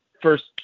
First